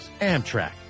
Amtrak